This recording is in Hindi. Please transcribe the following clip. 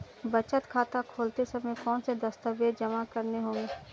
बचत खाता खोलते समय कौनसे दस्तावेज़ जमा करने होंगे?